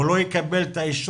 הוא לא יקבל את האישור.